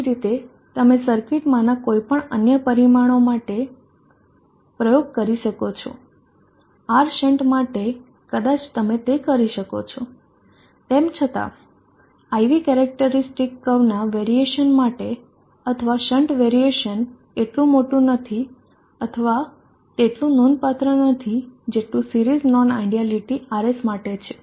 તે જ રીતે તમે સર્કિટમાંના કોઈપણ અન્ય પરિમાણો માટે પ્રયોગ કરી શકો છો R શન્ટ માટે કદાચ તમે તે કરી શકો છો તેમ છતાં IV કેરેક્ટરીસ્ટિકસ કર્વ ના વેરીએશન માટે અથવા શન્ટ વેરીએશન એટલુ મોટુ નથી અથવા તેટલુ નોંધપાત્ર નથી જેટલુ સીરીઝ નોન આયડયાલીટી RS માટે છે